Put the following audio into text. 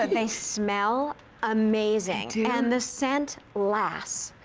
um they smell amazing and the scent lasts.